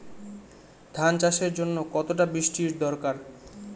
ধান চাষের জন্য কতটা বৃষ্টির দরকার?